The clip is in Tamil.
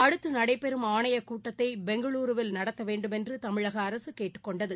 அடுத்துநடைபெறும் ஆணையக் கூட்டத்தைபெங்களுருவில் நடத்தவேண்டுமென்றுதமிழகஅரசுகேட்டுக் கொண்டது